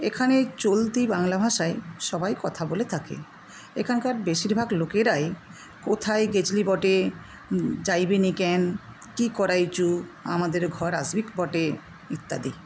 এখানে চলতি বাংলা ভাষায় সবাই কথা বলে থাকে এখানকার বেশিরভাগ লোকেরাই কোথায় গেছিলি বটে যাইবি নি ক্যান কী করাইচু আমাদের ঘর আসবিক বটে ইত্যাদি